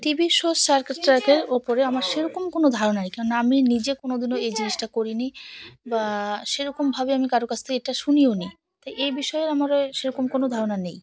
টি V show Shark ট্যাঙ্কের উপর আমার সেরকম কোনো ধারণা নেই কেন না আমি নিজে কোনো দিনও এই জিনিসটা করিনি বা সেরকমভাবে আমি কারো কাছ থেকে এটা শুনিওনি তাই এই বিষয়ে আমার আর সেরকম কোনো ধারণা নেই